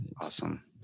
Awesome